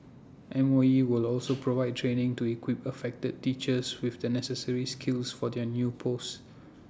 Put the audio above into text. M O E will also provide training to equip affected teachers with the necessary skills for their new posts